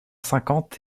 cinquante